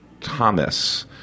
Thomas